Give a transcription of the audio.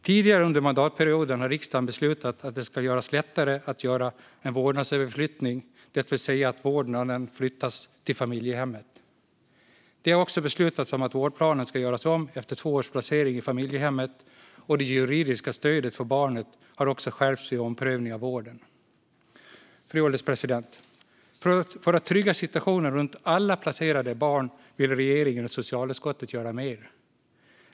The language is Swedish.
Tidigare under mandatperioden har riksdagen beslutat att det ska bli lättare att göra en vårdnadsöverflyttning, det vill säga att vårdnaden flyttas till familjehemmet. Det har också beslutats om att vårdplanen ska göras om efter två års placering i familjehemmet, och det juridiska stödet för barnet har skärpts vid omprövning av vården. Fru ålderspresident! För att trygga situationen runt alla placerade barn vill regeringen och socialutskottet göra mer.